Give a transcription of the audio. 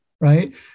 right